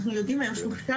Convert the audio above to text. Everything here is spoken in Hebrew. אנחנו יודעים היום יש מחקר,